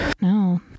no